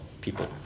people